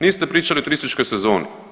Niste pričali o turističkoj sezoni.